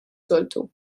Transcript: soltu